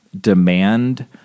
demand